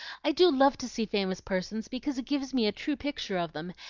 i do love to see famous persons, because it gives me a true picture of them,